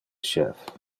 chef